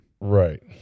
Right